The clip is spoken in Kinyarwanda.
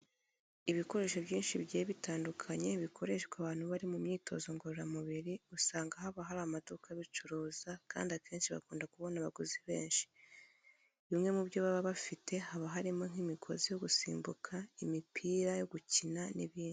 Ibikoresho byinshi bigiye bitandukanye bikoreshwa abantu bari mu myitozo ngororamubiri usanga haba hari amaduka abicuruza kandi akenshi bakunda kubona abaguzi benshi. Bimwe mu byo baba bafite haba harimo nk'imigozi yo gusimbuka, imipira yo gukina n'ibindi.